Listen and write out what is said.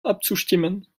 abzustimmen